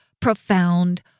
profound